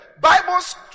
Bible's